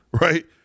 right